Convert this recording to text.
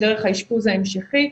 דרך האשפוז ההמשכי,